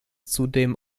zudem